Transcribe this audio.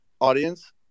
audience